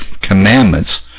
commandments